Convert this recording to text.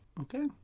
Okay